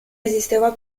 esisteva